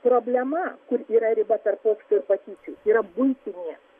problema kur yra riba tarp mokslo ir patyčių yra buitinė